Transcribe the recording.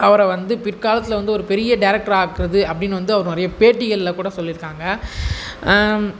அவரை வந்து பிற்காலத்தில் வந்து ஒரு பெரிய டைரெக்டர் ஆகுறது அப்படின்னு வந்து அவர் நிறைய பேட்டிகள்ல கூட சொல்லியிருக்காங்க